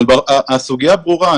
הסוגיה ברורה.